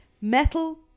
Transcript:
metal